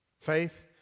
Faith